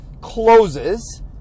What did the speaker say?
closes